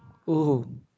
oh